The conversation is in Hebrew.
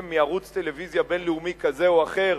מערוץ טלוויזיה בין-לאומי כזה או אחר,